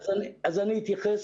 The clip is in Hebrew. אני אתייחס.